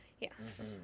Yes